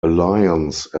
alliance